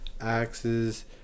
axes